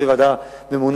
אם תמנה ועדה ממונה,